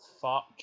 Fuck